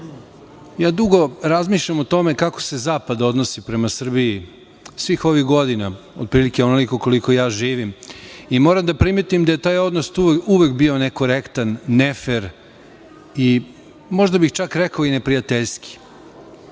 dugo razmišljam o tome kako se zapad odnosi prema Srbiji svih ovih godina, otprilike onoliko koliko ja živim i moram da primetim da je taj odnos tu uvek bio nekorektan, nefer i možda bih čak rekao i neprijateljski.